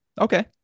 okay